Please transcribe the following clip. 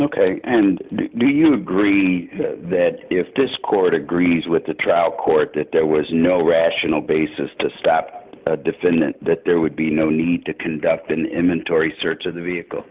ok and do you agree that if this court agrees with the trial court that there was no rational basis to stop a defendant that there would be no need to conduct an imminent torrie search of the vehicle